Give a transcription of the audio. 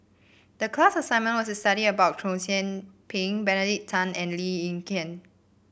the class assignment was to study about Chow Yian Ping Benedict Tan and Lee Ek Tieng